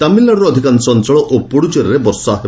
ତାମିଲନାଡୁର ଅଧିକାଂଶ ଅଞ୍ଚଳ ଓ ପୁଡ଼ୁଚେରୀରେ ବର୍ଷା ହେବ